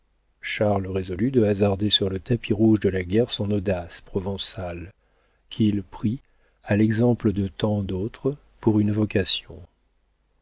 charles résolut de hasarder sur le tapis rouge de la guerre son audace provençale qu'il prit à l'exemple de tant d'autres pour une vocation